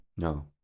No